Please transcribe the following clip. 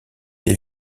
des